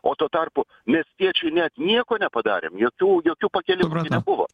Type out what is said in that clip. o tuo tarpu miestiečiui net nieko nepadarėm jokių jokių pakilimų ir nebuvo